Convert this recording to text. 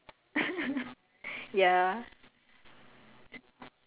I think it's not your fault that he keeps singing chinese it's just between us like we always